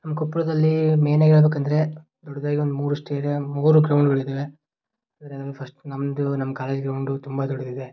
ನಮ್ಮ ಕೊಪ್ಪಳದಲ್ಲಿ ಮೇಯ್ನಾಗಿ ಹೇಳ್ಬೇಕಂದ್ರೆ ದೊಡ್ಡದಾಗಿ ಒಂದು ಮೂರು ಸ್ಟೇಡಿಯಮ್ ಮೂರು ಗ್ರೌಂಡುಗಳಿದಾವೆ ಅದರಲ್ಲಿ ಫಸ್ಟ್ ನಮ್ಮದು ನಮ್ಮ ಕಾಲೇಜ್ ಗ್ರೌಂಡು ತುಂಬ ದೊಡ್ಡದಿದೆ